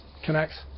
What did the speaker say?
connects